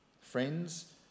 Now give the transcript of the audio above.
Friends